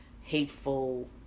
hateful